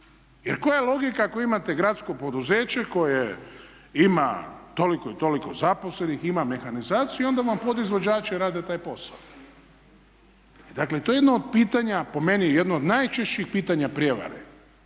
Jer koja je logika ako imate gradsko poduzeće koje ima toliko i toliko zaposlenih, ima mehanizaciju, onda vam podizvođači rade taj posao. I dakle to je jedno od pitanja, po meni jedno od najčešćih pitanja prijevare.